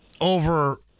over